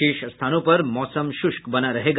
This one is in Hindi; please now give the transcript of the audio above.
शेष स्थानों पर मौसम शुष्क बना रहेगा